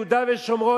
יהודה ושומרון,